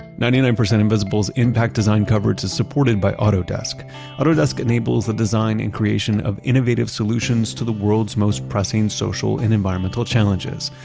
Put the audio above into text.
ninety nine percent invisible's impact design coverage is supported by autodesk autodesk enables the design and creation of innovative solutions to the world's most pressing social and environmental challenges.